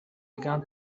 began